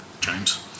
James